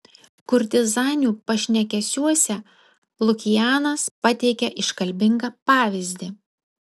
kurtizanių pašnekesiuose lukianas pateikia iškalbingą pavyzdį